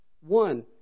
One